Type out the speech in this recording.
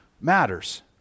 matters